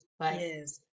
Yes